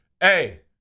hey